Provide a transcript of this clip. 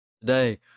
today